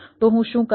તો હું શું કરું